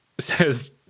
Says